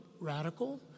radical